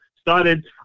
started